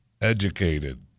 educated